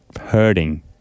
hurting